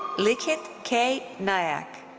likhi k. nayak.